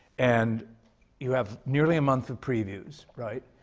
and you have nearly a month of previews, right?